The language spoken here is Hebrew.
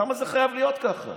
למה זה חייב להיות ככה?